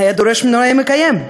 נאה דורש נאה מקיים,